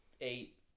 eight